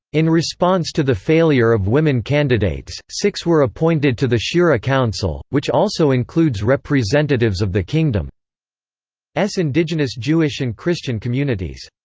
in response to the failure of women candidates, six were appointed to the shura council, which also includes representatives of the kingdom's indigenous jewish and christian communities.